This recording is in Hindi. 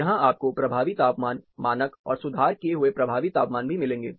यहां आपको प्रभावी तापमान मानक और सुधार किए हुए प्रभावी तापमान भी मिलेंगे